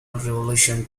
revolution